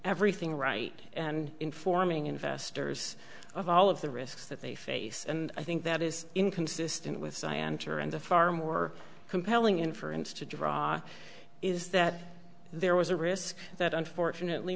everything right and informing investors of all of the risks that they face and i think that is inconsistent with i am sure and a far more compelling inference to draw is that there was a risk that unfortunately